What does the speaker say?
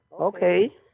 okay